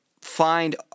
find